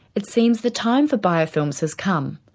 it seems the time for biofilms has come.